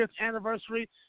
anniversary